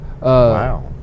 Wow